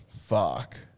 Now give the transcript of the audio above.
Fuck